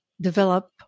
develop